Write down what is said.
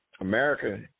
America